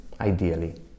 ideally